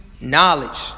knowledge